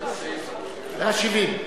באיזה סעיף?